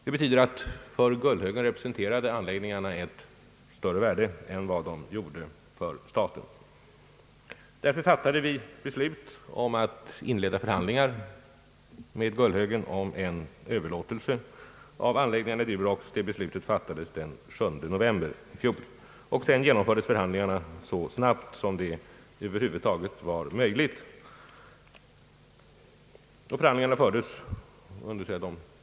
Det betyder att för Gullhögen representerade anläggningarna ett större värde än vad de gjorde för staten. Detta är anledningen till att vi fattade beslut om att inleda förhandlingar med Gullhögen om en överlåtelse av Duroxanläggningarna. Beslutet fattades den 7 november i fjol. Sedan genomfördes förhandlingarna så snabbt som det över huvud taget var möjligt. Förhandlingarna fördes under två förutsättningar.